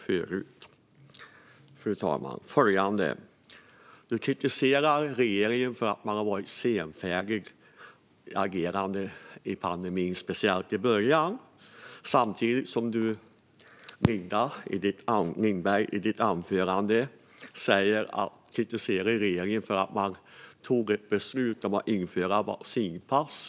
Ledamoten kritiserar regeringen för dess senfärdiga agerande i pandemins början samtidigt som hon kritiserar övergångsregeringen för beslutet att införa vaccinpass.